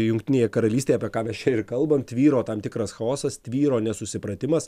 jungtinėje karalystėje apie ką mes čia ir kalbam tvyro tam tikras chaosas tvyro nesusipratimas